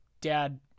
dad